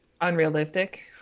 unrealistic